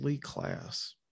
class